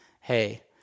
Hey